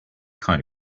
kind